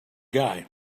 guy